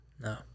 no